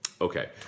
Okay